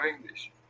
English